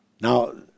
Now